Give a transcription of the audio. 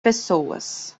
pessoas